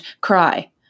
cry